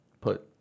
put